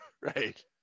Right